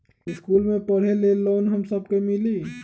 इश्कुल मे पढे ले लोन हम सब के मिली?